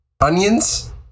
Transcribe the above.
onions